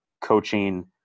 coaching